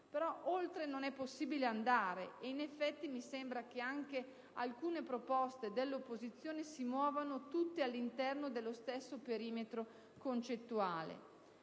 Oltre non è possibile andare e, in effetti, mi sembra che anche alcune proposte dell'opposizione si muovano all'interno dello stesso perimetro concettuale.